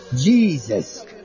Jesus